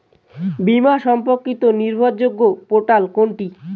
বীমা সম্পর্কিত নির্ভরযোগ্য পোর্টাল কোনটি?